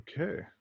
Okay